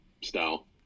style